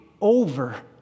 over